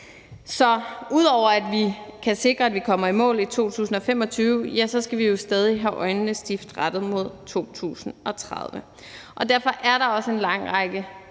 Så ud over at vi kan sikre, at vi kommer i mål i 2025, skal vi jo stadig have øjnene stift rettet mod 2030. Og derfor er der også en lang række